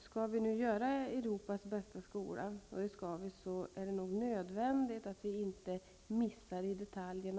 Skall vi nu skapa Europas bästa skola -- och det skall vi göra -- är det nog nödvändigt att vi heller inte missar i detaljerna.